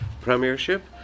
Premiership